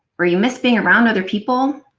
or you miss being around other people,